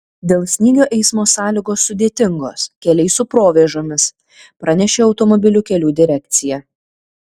dėl snygio eismo sąlygos sudėtingos keliai su provėžomis pranešė automobilių kelių direkcija